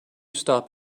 stop